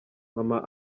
mama